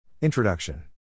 Introduction